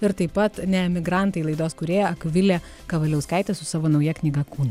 ir taip pat ne emigrantai laidos kūrėja akvilė kavaliauskaitė su savo nauja knyga kūnu